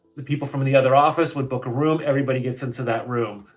the people from the other office would book a room, everybody gets into that room.